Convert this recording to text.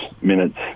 minutes